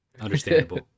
Understandable